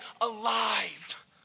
alive